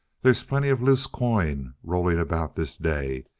they's plenty of loose coin rolling about this day.